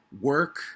work